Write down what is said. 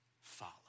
follow